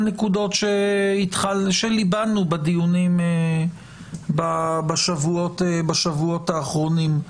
נקודות שליבנו בדיונים בשבועות האחרונים: